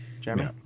Jeremy